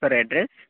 sir address